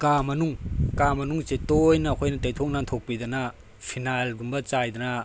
ꯀꯥ ꯃꯅꯨꯡ ꯀꯥ ꯃꯅꯨꯡꯁꯦ ꯇꯣꯏꯅ ꯑꯩꯈꯣꯏꯅ ꯇꯩꯊꯣꯛ ꯅꯥꯟꯊꯣꯛꯄꯤꯗꯅ ꯐꯤꯅꯥꯏꯜꯒꯨꯝꯕ ꯆꯥꯏꯗꯅ